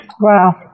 Wow